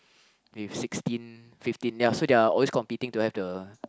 with sixteen fifteen ya so they are always competing to have the